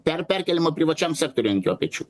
per perkėlimą privačiam sektoriui ant jo pečių